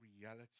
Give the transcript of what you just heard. reality